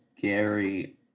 Gary